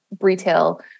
retail